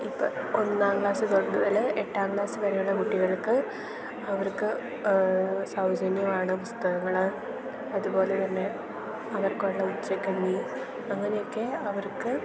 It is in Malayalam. ഇപ്പം ഒന്നാം ക്ലാസ് തൊട്ട് മുതല് എട്ടാം ക്ലാസ് വരെയുള്ള കുട്ടികൾക്ക് അവർക്ക് സൗജന്യമാണ് പുസ്തകങ്ങള് അതുപോലെ തന്നെ അവർക്കുള്ള ഉച്ചക്കഞ്ഞി അങ്ങനെയൊക്കെ അവർക്ക്